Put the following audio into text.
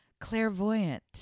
Clairvoyant